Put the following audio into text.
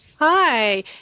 Hi